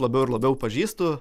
labiau ir labiau pažįstu